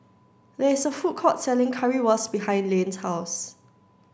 there is a food court selling Currywurst behind Layne's house